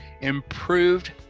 improved